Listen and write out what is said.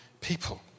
people